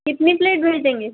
कितनी प्लेट भेज देंगे